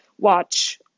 watch